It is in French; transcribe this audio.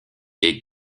est